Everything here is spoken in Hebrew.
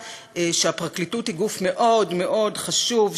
שהפרקליטות היא גוף מאוד מאוד חשוב,